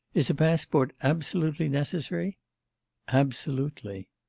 is a passport absolutely necessary absolutely.